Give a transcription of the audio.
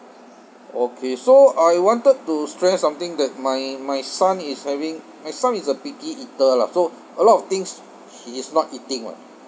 okay so I wanted to stress something that my my son is having my son is a picky eater lah so a lot of things he is not eating [what]